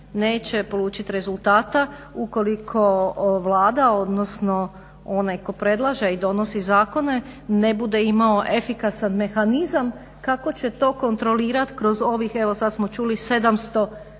neće poluči rezultata ukoliko Vlada, odnosno onaj tko predlaže i donosi zakone ne bude imao efikasan mehanizam kako će to kontrolirat kroz ovih, evo sad smo čuli 700 zakona